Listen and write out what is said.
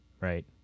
right